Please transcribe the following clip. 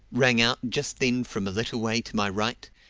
rang out just then from a little way to my right,